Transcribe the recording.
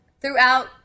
throughout